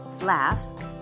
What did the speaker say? laugh